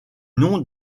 noms